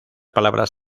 palabras